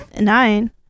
Nine